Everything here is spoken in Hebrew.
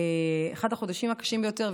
אחד החודשים הקשים יותר,